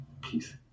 Peace